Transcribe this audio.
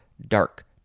dark